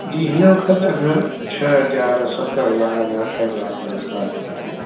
जी हिन वक्तु सभु अघि छह हज़ार सत हज़ार ऐं अठ हज़ार पर स्क्वाएर फ़िट आहे